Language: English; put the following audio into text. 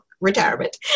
retirement